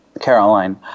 Caroline